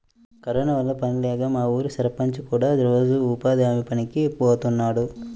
corona వల్ల పనుల్లేక మా ఊరి సర్పంచ్ కూడా రోజూ ఉపాధి హామీ పనికి బోతన్నాడు